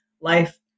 life